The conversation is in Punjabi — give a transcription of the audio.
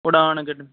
ਪੁੜਾਨ ਕਿਡ